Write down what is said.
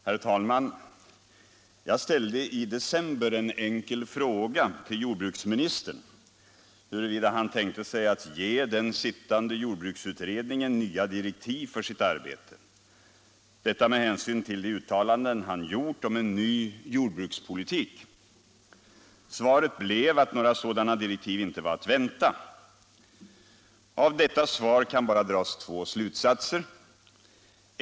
Herr talman! Jag ställde i december en fråga till jordbruksministern, huruvida han tänkte sig att ge den sittande jordbruksutredningen nya direktiv för dess arbete, detta med hänvisning till uttalanden han gjort om en ny jordbrukspolitik. Svaret blev att några sådana direktiv inte var att vänta. Av detta svar kan bara dras två slutsatser.